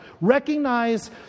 Recognize